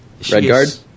Redguard